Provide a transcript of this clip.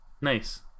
Nice